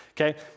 okay